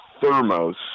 Thermos